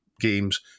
games